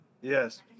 Yes